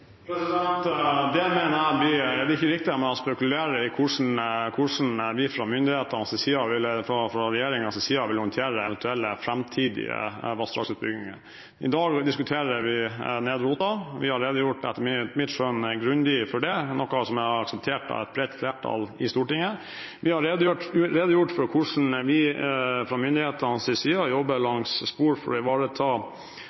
spekulere i hvordan vi fra regjeringens side vil håndtere eventuelle framtidige vassdragsutbygginger. I dag diskuterer vi Nedre Otta. Vi har etter mitt skjønn redegjort grundig for det, noe som er akseptert av et bredt flertall i Stortinget. Vi har redegjort for hvordan vi fra myndighetenes side jobber langs spor for å ivareta fiske i et biologisk-mangfold-perspektiv og i et rekreasjonsperspektiv. Vi har redegjort for hvordan det har vært jobbet både hos utbygger NVE og hos oss med spørsmål om vannsport, og hvordan vi jobber med å ivareta